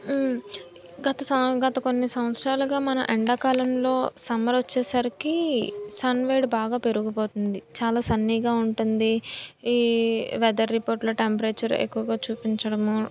గత సాం గత కొన్ని సంవత్సరాలుగా మన ఎండాకాలంలో సమ్మర్ వచ్చేసరికి సన్ వేడి బాగా పెరిగిపోతుంది చాలా సన్నీగా ఉంటుంది ఈ వెదర్ రిపోర్ట్లో టెంపరేచర్ ఎక్కువగా చూపించడము